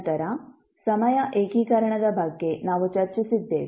ನಂತರ ಸಮಯ ಏಕೀಕರಣದ ಬಗ್ಗೆ ನಾವು ಚರ್ಚಿಸಿದ್ದೇವೆ